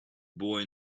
boy